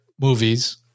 movies